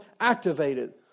activated